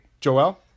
Joel